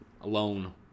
alone